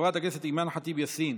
חברת הכנסת אימאן ח'טיב יאסין,